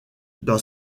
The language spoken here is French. dans